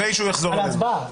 לא, על ההצבעה.